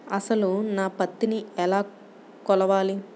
అసలు నా పత్తిని ఎలా కొలవాలి?